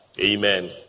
Amen